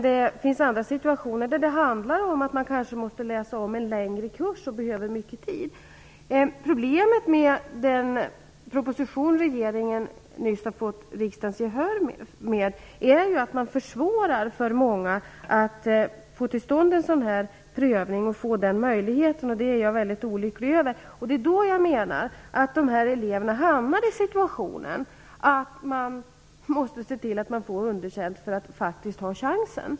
Det finns andra situationer, där det handlar om att man kanske måste läsa in en längre kurs och behöver mycket tid. Problemet med den proposition som regeringen nyss har fått riksdagens gehör för är att man försvårar för många att få till stånd en sådan här prövning och få den möjligheten, och det är jag väldigt olycklig över. Det är då jag menar att de här eleverna hamnar i den situationen att de måste se till att få underkänt för att få chansen.